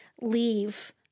leave